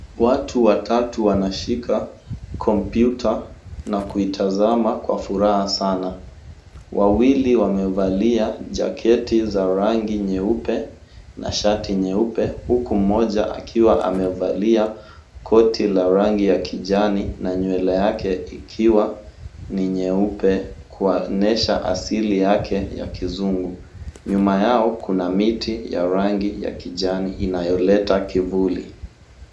Watu watatu wanashika kompyuta na kuitazama kwa furaha sana wawili wamevalia jaketi za rangi nyeupe na shati nyeupe huku mmoja akiwa amevalia koti la rangi ya kijani na nywele yake ikiwa ni nyeupe kuonyesha asili yake ya kizungu. Nyuma yao kuna miti ya rangi ya kijani inayoleta kivuli.